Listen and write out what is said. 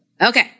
Okay